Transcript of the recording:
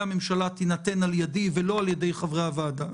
הממשלה תינתן על ידי ולא על ידי חברי הוועדה.